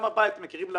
לדעתי מכירים לה